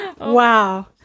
Wow